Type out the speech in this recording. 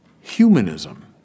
humanism